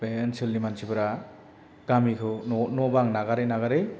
बे ओनसोलनि मानसिफोरा गामिखौ न' बां नागारै नागारै